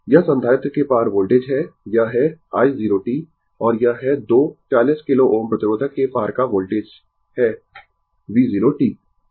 तो यह VCt है यह संधारित्र के पार वोल्टेज है यह है i 0 t और यह है 2 40 किलो Ω प्रतिरोधक के पार का वोल्टेज है V 0 t